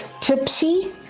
Tipsy